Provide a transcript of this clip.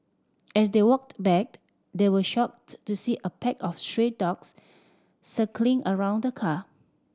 as they walked back they were shocked to see a pack of dogs circling around the car